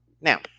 Now